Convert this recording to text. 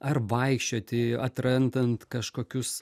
ar vaikščioti atrandant kažkokius